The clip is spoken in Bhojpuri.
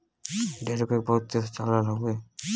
डेयरी उद्योग बहुत तेज चल रहल हउवे